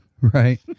Right